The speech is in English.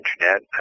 Internet